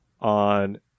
on